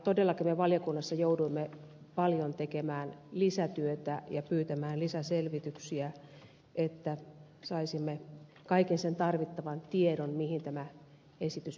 todellakin me valiokunnassa jouduimme paljon tekemään lisätyötä ja pyytämään lisäselvityksiä että saisimme kaiken sen tarvittavan tiedon mihin tämä esitys perustuu